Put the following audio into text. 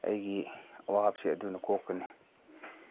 ꯑꯩꯒꯤ ꯑꯋꯥꯕꯁꯦ ꯑꯗꯨꯅ ꯀꯣꯛꯀꯅꯤ